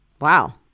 Wow